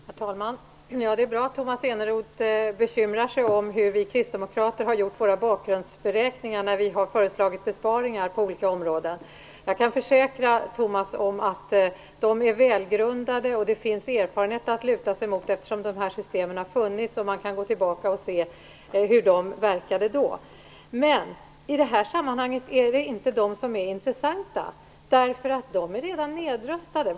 Herr talman! Det är bra att Tomas Eneroth bekymrar sig om hur vi kristdemokrater har gjort våra bakgrundsberäkningar när vi har föreslagit besparingar på olika områden. Jag kan försäkra Tomas Eneroth om att de är välgrundade. Det finns erfarenhet att luta sig emot eftersom dessa system har funnits och man kan gå tillbaka och se hur de verkade då. I detta sammanhang är det dock inte de som är intressanta. De är redan nedröstade.